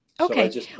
Okay